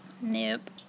Nope